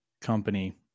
company